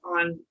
on